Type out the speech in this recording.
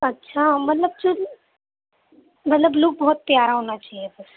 اچھا مطلب مطلب لک بہت پیارا ہونا چاہیے بس